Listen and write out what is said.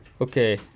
Okay